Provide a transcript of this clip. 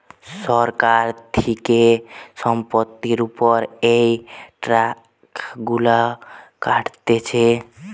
সরকার থিকে সম্পত্তির উপর এই ট্যাক্স গুলো কাটছে